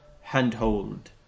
handhold